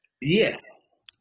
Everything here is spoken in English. yes